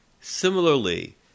Similarly